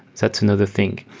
that's another thing.